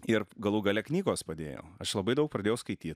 ir galų gale knygos padėjo aš labai daug pradėjau skaityt